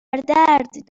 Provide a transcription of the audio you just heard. درد